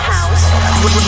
House